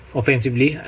offensively